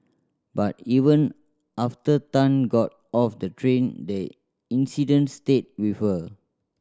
but even after Tan got off the train the incident stayed with her